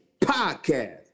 podcast